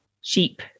sheep